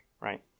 right